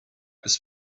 this